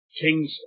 Kings